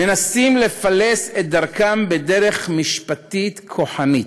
מנסים לפלס את דרכם בדרך משפטית כוחנית,